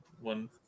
one